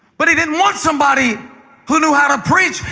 but he didn't want somebody who knew how to preach.